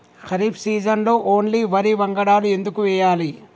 ఖరీఫ్ సీజన్లో ఓన్లీ వరి వంగడాలు ఎందుకు వేయాలి?